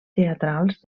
teatrals